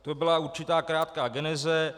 To byla určitá krátká geneze.